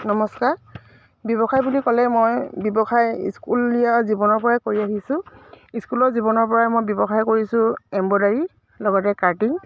নমস্কাৰ ব্যৱসায় বুলি ক'লে মই ব্যৱসায় স্কুলীয়া জীৱনৰ পৰাই কৰি আহিছোঁ স্কুলৰ জীৱনৰ পৰাই মই ব্যৱসায় কৰিছোঁ এম্ব্ৰইডাৰী লগতে কাটিং